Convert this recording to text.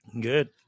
good